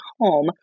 home